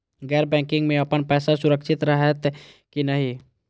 गैर बैकिंग में अपन पैसा सुरक्षित रहैत कि नहिं?